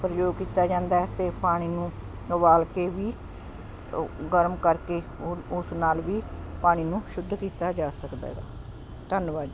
ਪ੍ਰਯੋਗ ਕੀਤਾ ਜਾਂਦਾ ਅਤੇ ਪਾਣੀ ਨੂੰ ਉਬਾਲ ਕੇ ਵੀ ਉਹ ਗਰਮ ਕਰਕੇ ਉ ਉਸ ਨਾਲ ਵੀ ਪਾਣੀ ਨੂੰ ਸ਼ੁੱਧ ਕੀਤਾ ਜਾ ਸਕਦਾ ਗਾ ਧੰਨਵਾਦ